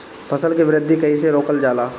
फसल के वृद्धि कइसे रोकल जाला?